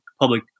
public